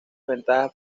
ventajas